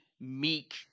meek